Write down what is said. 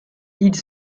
ils